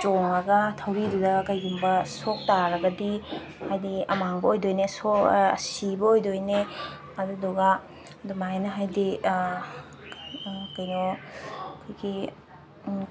ꯆꯣꯡꯉꯒ ꯊꯧꯔꯤꯗꯨꯗ ꯀꯔꯤꯒꯨꯝꯕ ꯁꯣꯛ ꯇꯥꯔꯒꯗꯤ ꯍꯥꯏꯗꯤ ꯑꯃꯥꯡꯕ ꯑꯣꯏꯗꯣꯏꯅꯦ ꯁꯤꯕ ꯑꯣꯏꯗꯣꯏꯅꯦ ꯑꯗꯨꯗꯨꯒ ꯑꯗꯨꯃꯥꯏꯅ ꯍꯥꯏꯗꯤ ꯀꯩꯅꯣ ꯑꯩꯈꯣꯏꯒꯤ